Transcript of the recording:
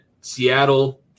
Seattle –